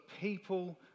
people